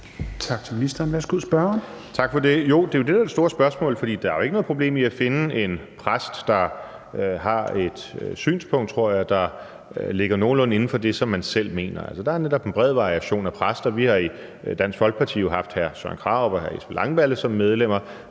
Morten Messerschmidt (DF): Tak for det. Jo, det er jo det, der er det store spørgsmål, for der er ikke noget problem i at finde en præst, der har et synspunkt, tror jeg, der ligger nogenlunde inden for det, som man selv mener. Der er netop en bred variation af præster. Vi har jo i Dansk Folkeparti haft hr. Søren Krarup og hr. Jesper Langballe som medlemmer.